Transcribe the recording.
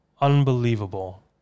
unbelievable